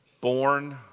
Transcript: Born